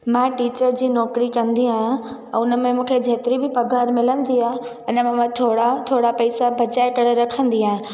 मां टीचर जी नौकिरी कंदी आहियां ऐं उन में मूंखे जेतिरी बि पघारु मिलंदी आहे इन में मां थोरा थोरा पैसा बजाए करे रखंदी आहियां